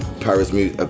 Paris